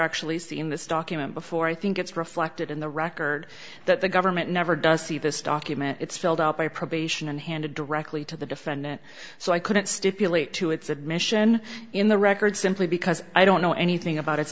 actually seen this document before i think it's reflected in the record that the government never does see this document it's filled out by probation and handed directly to the defendant so i couldn't stipulate to its admission in the record simply because i don't know anything about it